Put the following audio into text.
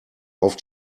auf